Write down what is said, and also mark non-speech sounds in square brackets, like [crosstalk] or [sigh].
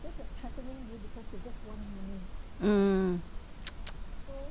mm [noise]